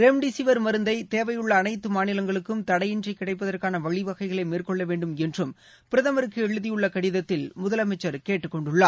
remdesivir மருந்து தேவையுள்ள அனைத்து மாநிலங்களுக்கும் தடையின்றி கிடைப்பதற்கான வழிவகைகளை மேற்கொள்ள வேண்டும் என்றும் பிரதமருக்கு எழுதியுள்ள கடிதத்தில் முதலமைச்சர் கேட்டுக் கொண்டுள்ளார்